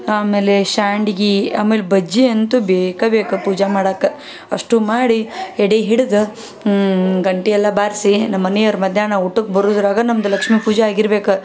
ಆಮೇಲೆ ಸಂಡಿಗೆ ಆಮೇಲೆ ಬಜ್ಜಿ ಅಂತೂ ಬೇಕೇ ಬೇಕು ಪೂಜೆ ಮಾಡೋಕೆ ಅಷ್ಟು ಮಾಡಿ ಎಡೆ ಹಿಡ್ದು ಗಂಟೆಯೆಲ್ಲ ಬಾರಿಸಿ ನಮ್ಮ ಮನೆಯೋರು ಮಧ್ಯಾಹ್ನ ಊಟಕ್ಕೆ ಬರೋದ್ರಾಗ ನಮ್ದು ಲಕ್ಷ್ಮೀ ಪೂಜೆ ಆಗಿರ್ಬೇಕು